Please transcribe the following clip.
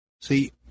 See